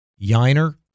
Yiner